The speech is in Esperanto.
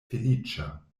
feliĉa